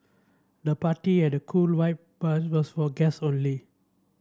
the party had a cool vibe but was for guest only